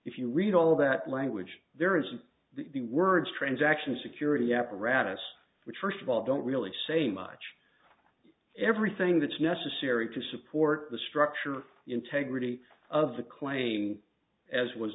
if you read all of that language there isn't the words transaction security apparatus which first of all don't really say much everything that's necessary to support the structural integrity of the claim as